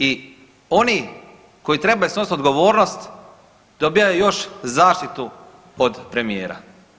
I oni koji trebaju snositi odgovornost, dobivaju još zaštitu od premijera.